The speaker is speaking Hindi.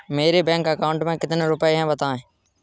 मेरे बैंक अकाउंट में कितने रुपए हैं बताएँ?